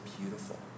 beautiful